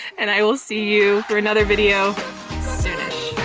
and i will see you for another video soonish.